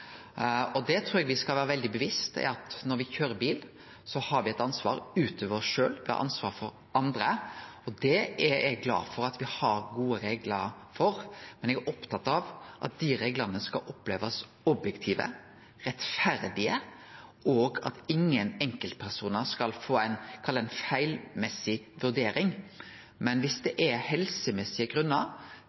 trur me skal vere veldig bevisste på at når me køyrer bil, har me eit ansvar utover oss sjølve. Me har ansvar for andre, og det er eg glad for at me har gode reglar for, men eg er opptatt av at dei reglane skal opplevast som objektive og rettferdige, og at ingen enkeltpersonar skal få ei feil vurdering. Men viss det er helsemessige grunnar